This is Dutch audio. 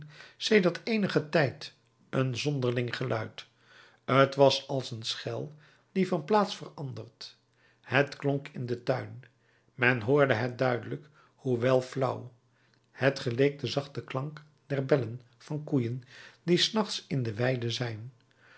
sedert eenigen tijd een zonderling geluid t was als een schel die van plaats verandert het klonk in den tuin men hoorde het duidelijk hoewel flauw het geleek den zachten klank der bellen van koeien die s nachts in de weide zijn